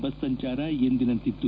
bus ಸಂಚಾರ ಎಂದಿಸಂತಿತ್ತು